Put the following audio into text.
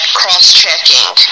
cross-checking